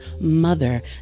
mother